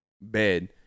bed